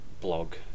blog